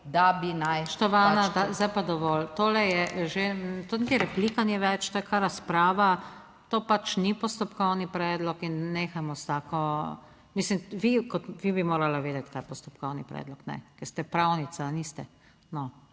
SUKIČ:** Spoštovana zdaj pa dovolj.... Tole je že, to replika ni več, to je kar razprava. To pač ni postopkovni predlog in nehajmo s tako... Mislim, vi bi morala vedeti kaj je postopkovni predlog, ker ste pravnica, ali niste?